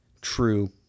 true